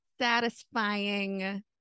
Satisfying